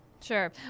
Sure